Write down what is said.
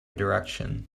direction